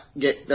get